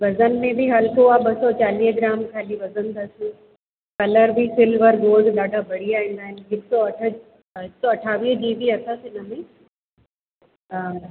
वज़न में बि हल्को आहे ॿ सौ चालीह ग्राम ख़ाली वज़न अथस कलर बि सिल्वर गोल्ड ॾाढा बढ़िया ईंदा आहिनि हिक सौ अठ हिक सौ अठावीह जी बी अथस हिनमें